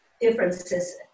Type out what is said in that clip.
differences